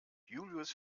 julius